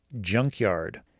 junkyard